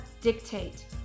dictate